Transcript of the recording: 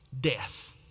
death